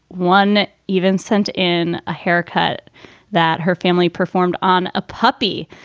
one even sent in a haircut that her family performed on a puppy.